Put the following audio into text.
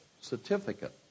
certificate